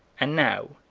and now,